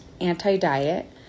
Anti-diet